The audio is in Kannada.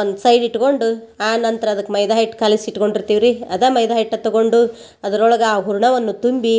ಒಂದು ಸೈಡ್ ಇಟ್ಕೊಂಡು ಆ ನಂತರ ಅದಕ್ಕೆ ಮೈದ ಹಿಟ್ಟು ಕಲಿಸಿ ಇಟ್ಕೊಂಡಿರ್ತೀವಿ ರೀ ಅದ ಮೈದಾ ಹಿಟ್ಟು ತಗೊಂಡು ಅದ್ರೊಳ್ಗ ಆ ಹೂರ್ಣವನ್ನು ತುಂಬಿ